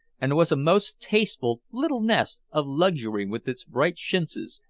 and was a most tasteful little nest of luxury with its bright chintzes,